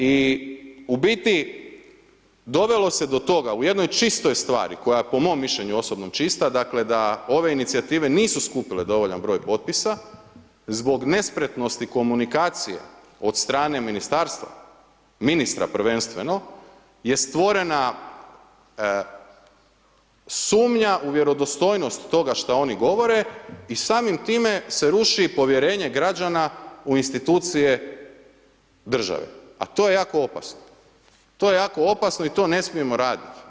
I u biti dovelo se do toga u jednoj čistoj stvari koja je po mom mišljenju osobnom čista dakle da ove inicijative nisu skupile dovoljan broj potpisa zbog nespretnosti komunikacije od strane ministarstva, ministra prvenstveno je stvorena sumnja u vjerodostojnost toga šta oni govore i samim time se ruši i povjerenje građana u institucije države a to je jako opasno i to ne smijemo raditi.